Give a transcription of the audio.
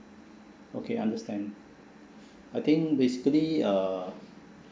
okay understand I think basically uh